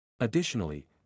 Additionally